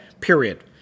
Period